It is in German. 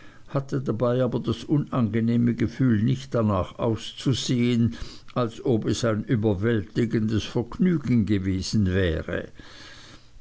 hatte aber dabei das unangenehme gefühl nicht darnach auszusehen als ob es ein überwältigendes vergnügen gewesen wäre